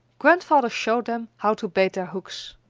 grandfather showed them how to bait their hooks.